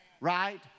right